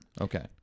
Okay